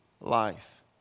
life